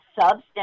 substance